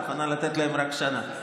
מוכנה לתת להם רק שנה.